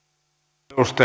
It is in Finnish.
arvoisa